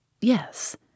yes